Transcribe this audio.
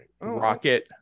Rocket